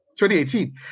2018